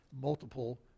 multiple